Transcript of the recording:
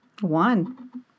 One